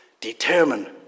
determine